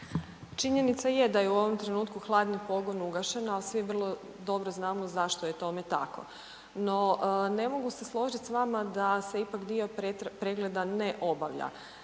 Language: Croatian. Činjenica je da je u ovom trenutku hladni pogon ugašen, ali svi vrlo dobro znamo zašto je tome tako. No, ne mogu se složiti s vama da se ipak dio pregleda ne obavlja.